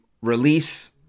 release